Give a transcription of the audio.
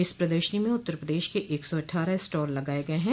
इस प्रदर्शनी में उत्तर प्रदेश के एक सौ अट्ठारह स्टॉल लगाये गये हैं